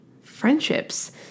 friendships